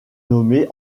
nommée